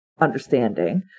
understanding